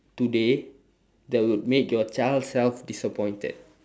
today that would make your child self disappointed